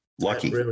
Lucky